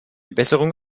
besserung